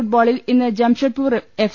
ഫുട്ബോളിൽ ഇന്ന് ജാംഷഡ്പൂർ എഫ്